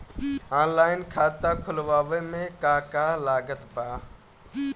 Online खाता खुलवावे मे का का लागत बा?